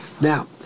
now